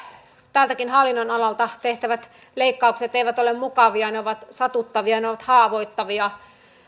tältäkään hallinnonalalta tehtävät leikkaukset eivät ole mukavia ne ovat satuttavia ne ovat haavoittavia